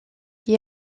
qui